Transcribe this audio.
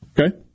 Okay